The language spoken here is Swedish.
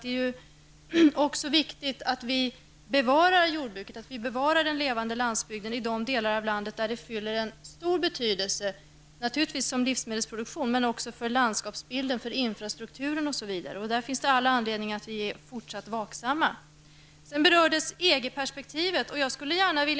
Det är också viktigt att bevara jordbruket och den levande landsbygden i de delar av landet där den spelar en stor roll, naturligtvis för livsmedelsproduktionen men också för landskapsbilden, infrastrukturen osv. Där finns all anledning att vara fortsatt vaksamma. Vidare berördes EG-perspektivet.